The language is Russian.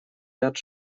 ряд